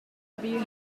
pringle